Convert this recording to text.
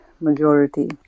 majority